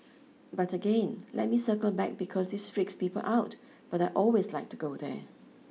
but again let me circle back because this freaks people out but I always like to go there